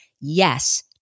yes